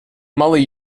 molly